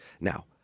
Now